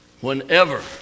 Whenever